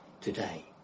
today